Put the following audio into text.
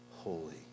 Holy